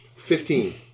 Fifteen